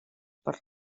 per